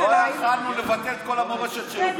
לכן לא יכולנו לבטל את כל המורשת שלו,